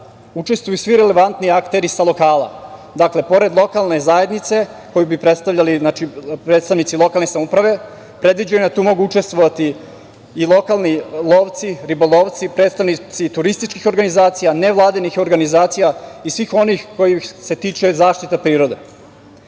učestvuju svi relevantni akteri sa lokala. Dakle, pored lokalne zajednice koju bi predstavljali predstavnici lokalne samouprave, predviđeno je da tu mogu učestovati i lokalni lovci, ribolovci, predstavnici turističkih organizacija, nevladinih organizacija i svih onih kojih se tiče zaštita prirode. Na